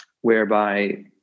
Whereby